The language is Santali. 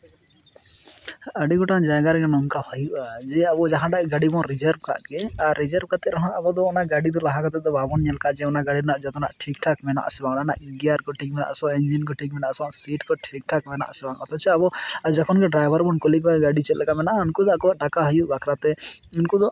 ᱟᱹᱰᱤ ᱜᱚᱴᱟᱝ ᱡᱟᱭᱜᱟ ᱨᱮᱜᱮ ᱱᱚᱝᱠᱟ ᱦᱩᱭᱩᱜᱼᱟ ᱡᱮ ᱡᱟᱦᱟᱴᱟᱜ ᱜᱟᱹᱰᱤ ᱵᱚᱱ ᱨᱤᱡᱟᱹᱵᱽ ᱠᱟᱜ ᱜᱮ ᱟᱨ ᱨᱤᱡᱟᱹᱵᱽ ᱠᱟᱛᱮ ᱟᱵᱚ ᱫᱚ ᱚᱱᱟ ᱜᱟᱹᱰᱤ ᱫᱚ ᱞᱟᱦᱟ ᱠᱟᱛᱮ ᱫᱚ ᱵᱟᱵᱚᱱ ᱮᱞ ᱠᱟᱜᱼᱟ ᱡᱮ ᱚᱱᱟ ᱜᱟᱹᱰᱤ ᱨᱮᱱᱟᱜ ᱡᱚᱛᱚᱱᱟᱜ ᱴᱷᱤᱠᱼᱴᱷᱟᱠ ᱢᱮᱱᱟᱜᱼᱟ ᱥᱮ ᱵᱟᱝ ᱚᱱᱟ ᱨᱮᱭᱟᱜ ᱜᱮᱭᱟᱨ ᱠᱚ ᱴᱷᱤᱠᱼᱴᱷᱟᱠ ᱢᱮᱱᱟᱜᱼᱟ ᱥᱮ ᱵᱟᱝ ᱤᱧᱡᱤᱱ ᱠᱚ ᱴᱷᱤᱠ ᱢᱮᱱᱟᱜᱼᱟ ᱥᱮ ᱵᱟᱝ ᱥᱤᱴ ᱠᱚ ᱴᱷᱤᱠᱼᱴᱷᱟᱠ ᱢᱮᱱᱟᱜᱼᱟ ᱥᱮ ᱵᱟᱝ ᱚᱛᱷᱚᱪᱚ ᱟᱵᱚ ᱰᱨᱟᱭᱵᱷᱟᱨ ᱠᱚᱣᱟ ᱡᱮ ᱜᱟᱹᱰᱤ ᱪᱮᱫᱞᱮᱠᱟ ᱢᱮᱱᱟᱜᱼᱟ ᱩᱱᱠᱩ ᱫᱚ ᱟᱠᱚᱣᱟᱜ ᱴᱟᱠᱟ ᱦᱩᱭᱩᱜ ᱵᱟᱠᱷᱨᱟ ᱛᱮ ᱱᱠᱩ ᱫᱚ ᱟᱹᱰᱤ ᱜᱟᱱ